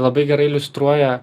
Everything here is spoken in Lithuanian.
labai gerai iliustruoja